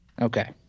Okay